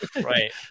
Right